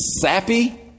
sappy